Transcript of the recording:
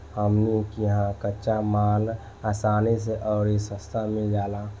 हमनी किहा कच्चा माल असानी से अउरी सस्ता मिल जाला